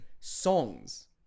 Songs